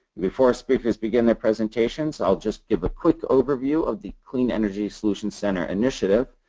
before speakers begin their presentations, i will just give a quick overview of the clean energy solution center initiative.